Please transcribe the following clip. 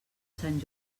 sant